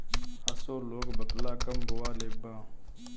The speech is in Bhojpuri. असो लोग बकला कम बोअलेबा